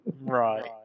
Right